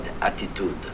attitude